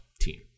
team